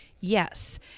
Yes